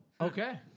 Okay